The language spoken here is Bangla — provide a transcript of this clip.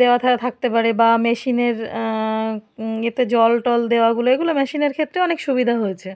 দেওয়া থাকতে পারে বা মেশিনের এতে জল টল দেওয়াগুলো এগুলো মেশিনের ক্ষেত্রে অনেক সুবিধা হয়েছে